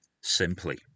simply